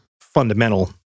fundamental